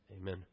Amen